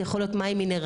זה יכול להיות מים מינרלים,